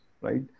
right